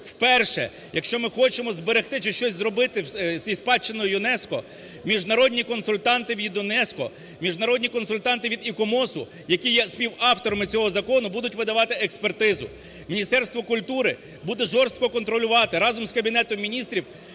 Вперше, якщо ми хочемо зберегти чи щось зробити зі спадщиною ЮНЕСКО, міжнародні консультанти від ЮНЕСКО, міжнародні консультанти від ІКОМОСу, які є співавторами цього закону, будуть видавати експертизу. Міністерство культури буде жорстко контролювати разом з Кабінетом Міністрів